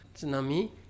tsunami